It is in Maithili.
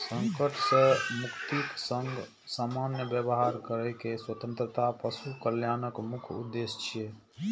संकट सं मुक्तिक संग सामान्य व्यवहार करै के स्वतंत्रता पशु कल्याणक मुख्य उद्देश्य छियै